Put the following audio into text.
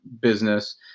business